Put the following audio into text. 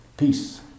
Peace